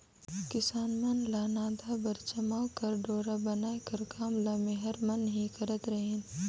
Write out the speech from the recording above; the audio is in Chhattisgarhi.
किसान मन ल नाधा बर चमउा कर डोरा बनाए कर काम ल मेहर मन ही करत रहिन